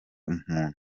umuntu